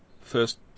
first